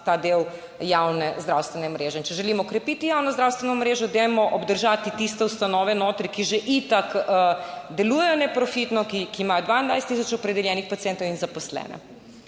ta del javne zdravstvene mreže. In če želimo krepiti javno zdravstveno mrežo, dajmo obdržati tiste ustanove notri, ki že itak delujejo neprofitno, ki imajo 22 tisoč opredeljenih pacientov in zaposlene.